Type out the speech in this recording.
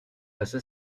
passe